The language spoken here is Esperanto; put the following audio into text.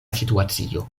situacio